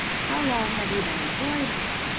how long have you been employed here?